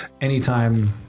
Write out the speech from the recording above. anytime